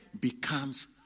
becomes